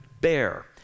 bear